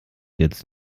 jetzt